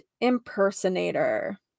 impersonator